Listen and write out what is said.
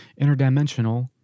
interdimensional